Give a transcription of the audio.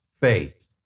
faith